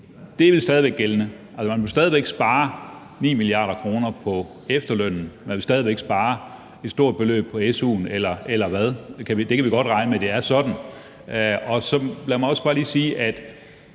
er vel stadig væk gældende, altså man vil stadig væk spare 9 mia. kr. på efterlønnen, og man vil stadig væk spare et stort beløb på su'en, eller hvad? Kan vi godt regne med, at det er sådan? Lad mig også bare lige sige, at